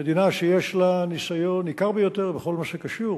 מדינה שיש לה ניסיון ניכר ביותר בכל מה שקשור